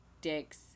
dicks